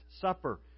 Supper